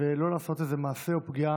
ולא לעשות איזה מעשה או פגיעה,